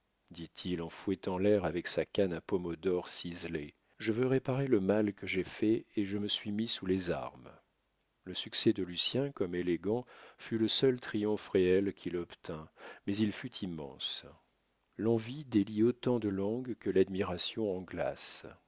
dit-il en fouettant l'air avec sa canne à pomme d'or ciselée je veux réparer le mal que j'ai fait et je me suis mis sous les armes le succès de lucien comme élégant fut le seul triomphe réel qu'il obtint mais il fut immense l'envie délie autant de langues que l'admiration en glace